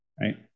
Right